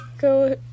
go